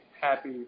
happy